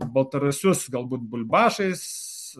baltarusius galbūt bulbašais